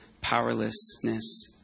powerlessness